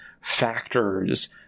factors